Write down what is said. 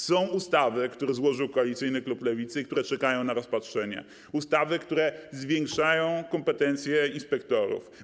Są ustawy, które złożył koalicyjny klub Lewicy, które czekają na rozpatrzenie, ustawy, które zwiększają kompetencje inspektorów.